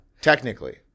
Technically